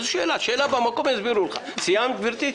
גברתי,